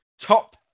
top